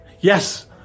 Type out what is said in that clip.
Yes